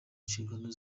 inshingano